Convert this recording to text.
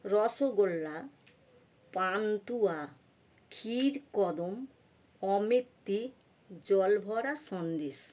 রসগোল্লা পান্তুয়া ক্ষীরকদম অমৃতি জলভরা সন্দেশ